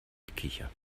gekicher